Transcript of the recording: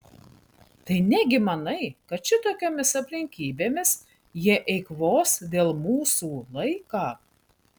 tai negi manai kad šitokiomis aplinkybėmis jie eikvos dėl mūsų laiką